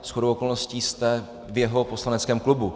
Shodou okolností jste v jeho poslaneckém klubu.